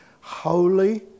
holy